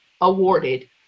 awarded